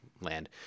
land